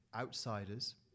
outsiders